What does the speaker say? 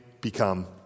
become